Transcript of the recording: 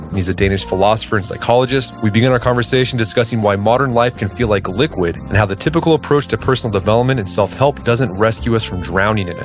he's a danish philosopher and psychologist. we begin our conversation discussing why modern life can feel like liquid and how the typically approach to personal development and self-help doesn't rescue us from drowning in it.